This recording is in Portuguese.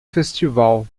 festival